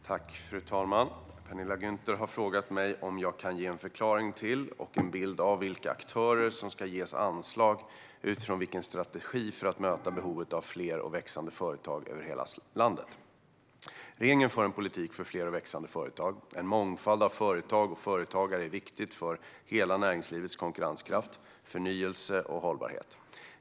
Fru talman! Penilla Gunther har frågat mig om jag kan ge en förklaring till, och en bild av, vilka aktörer som ska ges anslag utifrån vilken strategi för att möta behovet av fler och växande företag över hela landet. Regeringen för en politik för fler och växande företag. En mångfald av företag och företagare är viktig för hela näringslivets konkurrenskraft, förnyelse och hållbarhet.